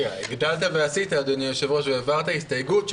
אדוני היושב-ראש, הגדלת ועשית והעברת הסתייגות.